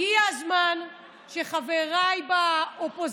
ינמק את הצעה חבר הכנסת משה גפני, בבקשה.